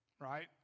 Right